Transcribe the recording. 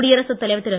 குடியரசுத் தலைவர் திரு